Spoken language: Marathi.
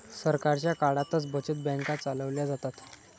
सरकारच्या काळातच बचत बँका चालवल्या जातात